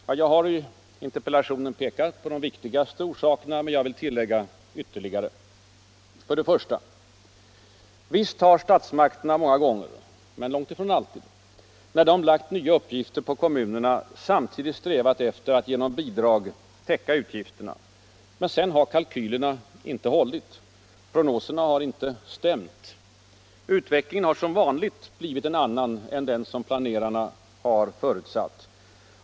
Ja, jag har i interpellationen pekat på de viktigaste orsakerna, men jag vill ytterligare tillägga följande. 1. Visst har statsmakterna många gånger — men långt ifrån alltid — när de lagt nya uppgifter på kommunerna samtidigt strävat efter att genom bidrag täcka utgifterna. Men sedan har kalkylerna inte hållit. Prognoserna har inte stämt. Utvecklingen har som vanligt blivit en annan än den planerarna förutsatt.